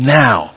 now